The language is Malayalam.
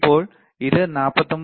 ഇപ്പോൾ ഇത് 49